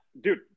dude